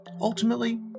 ultimately